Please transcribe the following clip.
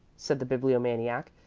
said the bibliomaniac.